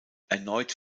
erneut